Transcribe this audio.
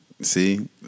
See